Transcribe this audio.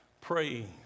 praying